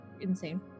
insane